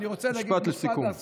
משפט לסיכום.